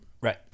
right